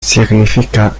significa